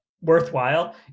worthwhile